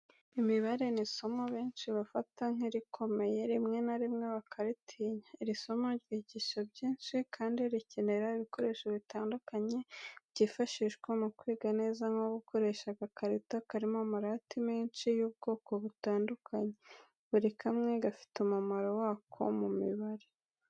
Imibare ni isomo benshi bafata nk’irikomeye, rimwe na rimwe bakaritinya. Iri somo ryigisha byinshi kandi rikenera ibikoresho bitandukanye byifashishwa mu kwiga neza, nko gukoresha agakarito karimo amarati menshi y’ubwoko butandukanye, buri kamwe gafite umumaro wako mu mibare.